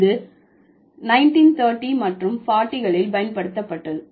இது 1930 மற்றும் 40களில் பயன்படுத்தப்பட்டது